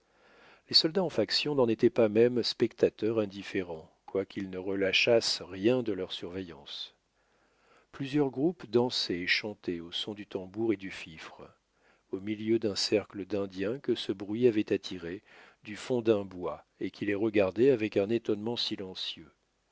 les soldats en faction n'en étaient pas même spectateurs indifférents quoiqu'ils ne relâchassent rien de leur surveillance plusieurs groupes dansaient et chantaient au son du tambour et du fifre au milieu d'un cercle d'indiens que ce bruit avait attirés du fond d'un bois et qui les regardaient avec un étonnement silencieux